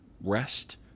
rest